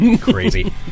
crazy